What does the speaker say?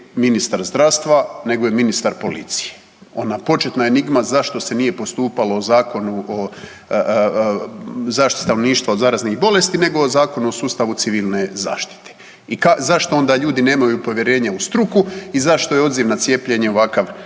ministar zdravstva nego je ministar policije. Ona početna enigma zašto se nije postupalo po Zakonu o zaštiti stanovništva od zaraznih bolesti nego o Zakonu o sustavu civilne zaštite i zašto onda ljudi nemaju povjerenja u struku i zašto je odziv na cijepljenje ovakav